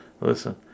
Listen